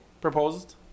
Proposed